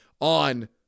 on